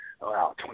Wow